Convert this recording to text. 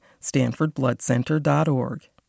StanfordBloodCenter.org